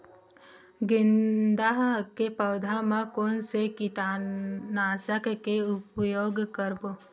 गेंदा के पौधा म कोन से कीटनाशक के उपयोग करबो?